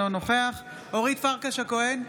אינו נוכח אורית פרקש הכהן,